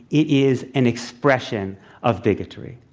it is an expression of bigotry.